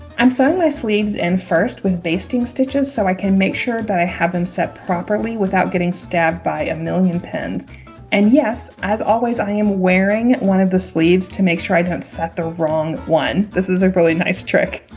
i'm sewing my sleeves in first with basting stitches so i can make sure that but i have them set properly without getting stabbed by a million pins and yes as always i am wearing one of the sleeves to make sure i don't set the wrong one this is a really nice trick